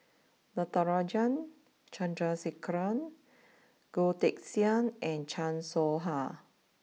Natarajan Chandrasekaran Goh Teck Sian and Chan Soh Ha